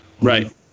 Right